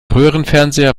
röhrenfernseher